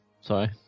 Sorry